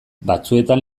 batzuetan